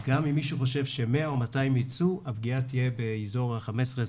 גם אם מישהו חושב שמאה או מאתיים ייצאו הפגיעה תהיה באזור החמש עשרה,